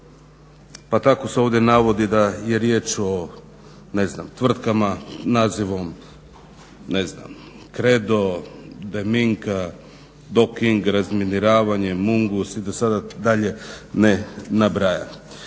Pa tako se ovdje navodi da je riječ o tvrtkama nazivom ne znam Kredo, Demin Ka, Dok Ing, Razminiravanje, Mungos i da sada dalje ne nabrajam.